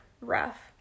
rough